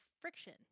friction